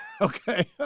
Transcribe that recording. Okay